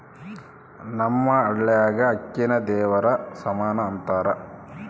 ನಮ್ಮ ಹಳ್ಯಾಗ ಅಕ್ಕಿನ ದೇವರ ಸಮಾನ ಅಂತಾರ